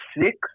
six